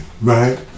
right